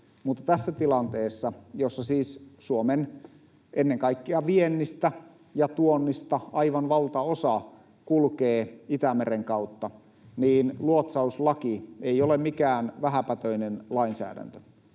Mutta tässä tilanteessa, jossa siis Suomen ennen kaikkea viennistä ja tuonnista aivan valtaosa kulkee Itämeren kautta, luotsauslaki ei ole mikään vähäpätöinen lainsäädäntö.